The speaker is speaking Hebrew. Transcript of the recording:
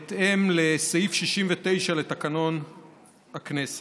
בהתאם לסעיף 69 לתקנון הכנסת.